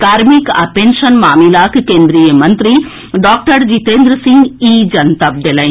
कार्मिक आ पेंशन मामिलाक केन्द्रीय मंत्री डॉक्टर जितेन्द्र सिंह ई जनतब देलनि